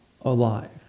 alive